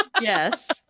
Yes